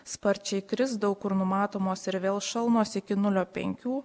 sparčiai kris daug kur numatomos ir vėl šalnos iki nulio penkių